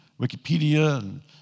Wikipedia